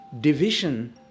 division